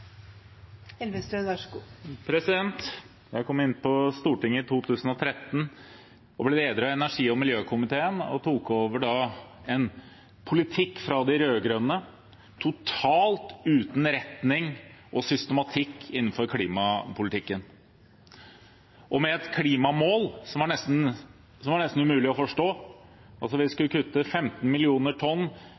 Jeg kom inn på Stortinget i 2013 og ble leder av energi- og miljøkomiteen. Jeg tok da over en politikk fra de rød-grønne totalt uten retning og systematikk innenfor klimapolitikken, med et klimamål som var nesten umulig å forstå. Vi skulle kutte 15 millioner tonn